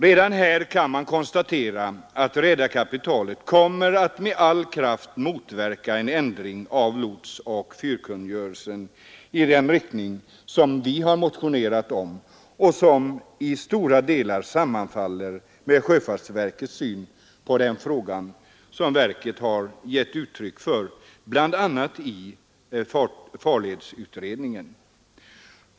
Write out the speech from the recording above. Redan här kan konstateras att redarkapitalet med all kraft kommer att motverka en ändring av lotsoch fyrkungörelsen i den riktning som vi har motionerat om och som i stora delar sammanfaller med den syn på frågan som sjöfartsverket har givit uttryck för bl.a. i farledsutredningen.